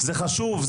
זה חשוב.